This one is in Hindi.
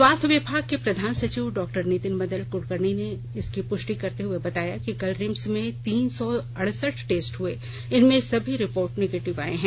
स्वास्थ्य विभाग के प्रधान सचिव डॉक्टर नितिन मदन कुलकर्णी ने इसकी पुष्टि करते हुए बताया कि कल रिम्स में तीन सौ अड़सठ टेस्ट हुए इनमें समी रिपोर्ट निगेटिव आये हैं